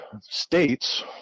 states